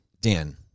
Dan